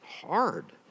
hard